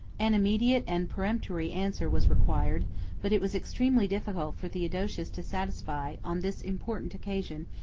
an immediate and peremptory answer was required but it was extremely difficult for theodosius to satisfy, on this important occasion,